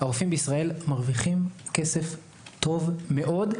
שהרופאים בישראל מרוויחים כסף טוב מאוד.